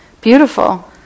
beautiful